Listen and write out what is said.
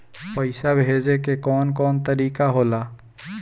पइसा भेजे के कौन कोन तरीका होला?